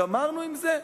גמרנו עם זה?